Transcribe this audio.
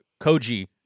Koji